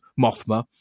Mothma